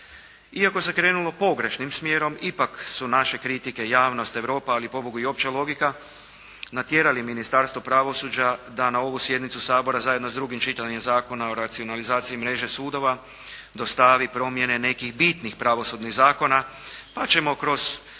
Iako se krenulo pogrešnim smjerom ipak su naše kritike javnost, Europa, ali pobogu i opća logika natjerali Ministarstvo pravosuđa da na ovu sjednicu Sabora zajedno sa drugim čitanjem Zakona o racionalizaciji mreže sudova dostavi promjene nekih bitnih pravosudnih zakona, pa ćemo kroz